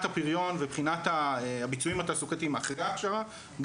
הפריון ובחינת הביצועים התעסוקתיים אחרי ההכשרה,